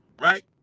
Right